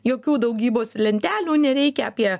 jokių daugybos lentelių nereikia apie